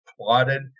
plotted